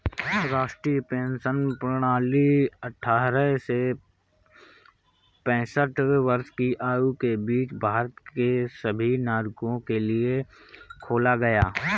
राष्ट्रीय पेंशन प्रणाली अट्ठारह से पेंसठ वर्ष की आयु के बीच भारत के सभी नागरिकों के लिए खोला गया